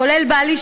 כולל בעלי,